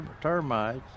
termites